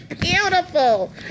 beautiful